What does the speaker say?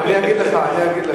אני אגיד לך.